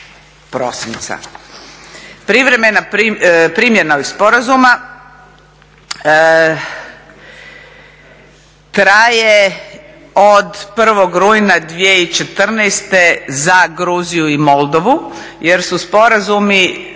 Privremena primjena ovih sporazuma traje od 1. rujna 2014. za Gruziju i Moldovu jer su sporazumi